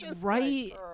Right